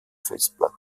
festplatte